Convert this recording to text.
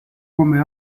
come